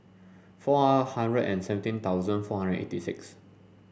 four hundred and seventeen thousand four hundred eighty six